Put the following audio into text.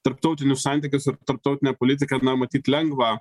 tarptautinius santykius ir tarptautinę politiką na matyt lengva